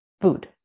food